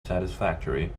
satisfactory